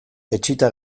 etsita